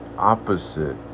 opposite